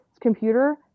computer